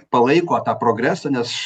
palaiko tą progresą nes